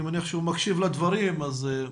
אין לי מידע ממשי לגבי מה שקרה בסגר השני.